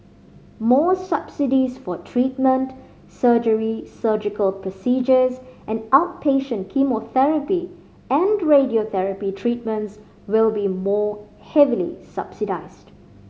more subsidies for treatment surgery surgical procedures and outpatient chemotherapy and radiotherapy treatments will be more heavily subsidised